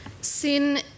Sin